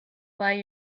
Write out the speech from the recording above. buy